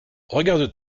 regarde